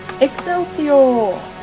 Excelsior